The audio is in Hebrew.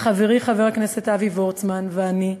חברי חבר הכנסת אבי וורצמן ואני,